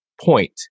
point